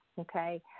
okay